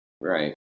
right